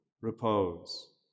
repose